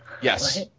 Yes